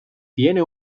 tiene